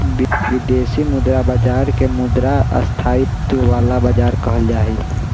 विदेशी मुद्रा बाजार के मुद्रा स्थायित्व वाला बाजार कहल जाहई